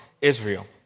Israel